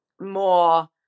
more